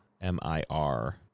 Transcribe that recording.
M-I-R